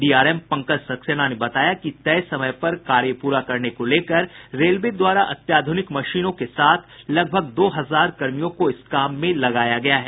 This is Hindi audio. डीआरएम पंकज सक्सेना ने बताया कि तय समय पर कार्य पूरा करने को लेकर रेलवे द्वारा अत्याधुनिक मशीनों के साथ करीब दो हजार कर्मियों को इस काम में लगाया गया है